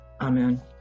Amen